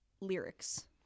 lyrics